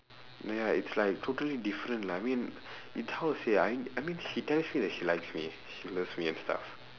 ya it's like totally different lah I mean mean how to say ah I I mean she tells me that she likes me she loves me and stuff